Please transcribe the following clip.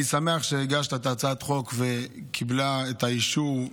אני שמח שהגשת את הצעת החוק והיא קיבלה את האישור.